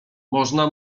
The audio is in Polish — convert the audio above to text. można